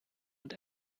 und